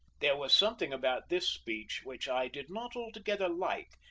there was something about this speech which i did not altogether like,